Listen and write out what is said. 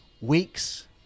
weeks